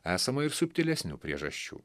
esama ir subtilesnių priežasčių